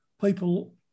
people